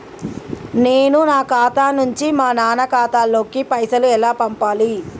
నేను నా ఖాతా నుంచి మా నాన్న ఖాతా లోకి పైసలు ఎలా పంపాలి?